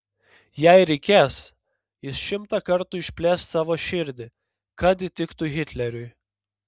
jei reikės jis šimtą kartų išplėš savo širdį kad įtiktų hitleriui